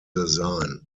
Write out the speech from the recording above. design